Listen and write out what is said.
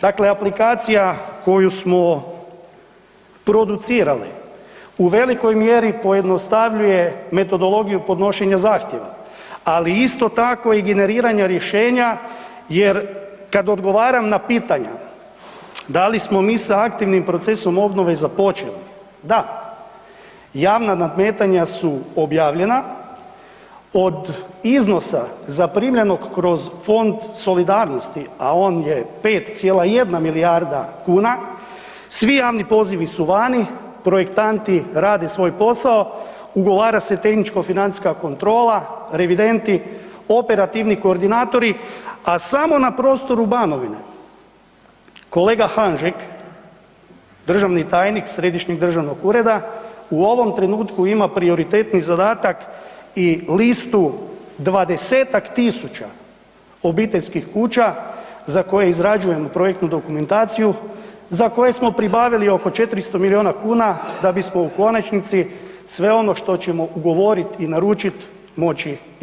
Dakle aplikacija koju smo producirali, u velikoj mjeri pojednostavljuje metodologiju podnošenja zahtjeva, ali isto tako i generiranja rješenja jer, kad odgovaram na pitanja, da li smo mi sa aktivnim procesom obnove započeli, da, javna nadmetanja su objavljena, od iznosa zaprimljenog kroz Fond solidarnosti, a on je 5,1 milijarda kuna, svi javni pozivi su vani, projektanti rade svoj posao, ugovara se tehničko-financijska kontrola, revidenti, operativni koordinatori, a samo na prostoru Banovine, kolega Hanžek, državni tajnik središnjeg državnog ureda, u ovom trenutku ima prioritetni zadatak i listu 20-tak tisuća obiteljskih kuća za koje izrađujemo projektnu dokumentaciju za koje se pribavili oko 400 milijuna kuna, da bismo u konačnici, sve ono što ćemo ugovoriti i naručiti, moći i platiti.